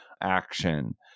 action